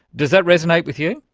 does that resonate with you?